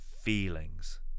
feelings